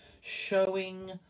showing